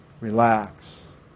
relax